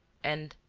and,